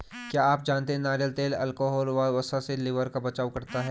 क्या आप जानते है नारियल तेल अल्कोहल व वसा से लिवर का बचाव करता है?